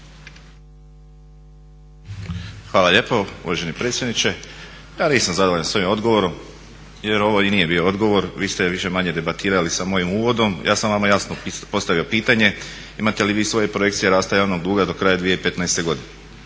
Hvala lijepo uvaženi predsjedniče. Ja nisam zadovoljan s ovim odgovorom jer ovo i nije bio odgovor, vi ste više-manje debatirali sa mojim uvodom. Ja sam vama jasno postavio pitanje imate li vi svoje projekcije rasta javnog duga do kraja 2015. godine.